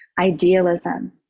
idealism